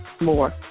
more